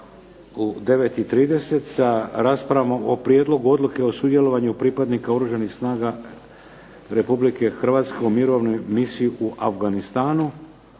u 9,30 sa Prijedlogom oluke o sudjelovanju pripadnika Oružanih snaga Republike Hrvatske u Mirovnoj misiji u Afganistanu.